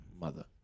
mother